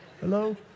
Hello